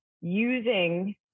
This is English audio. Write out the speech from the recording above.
using